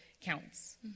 counts